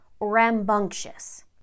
rambunctious